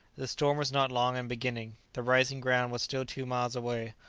the storm was not long in beginning. the rising ground was still two miles away.